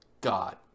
God